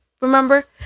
remember